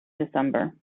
december